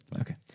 Okay